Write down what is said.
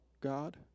God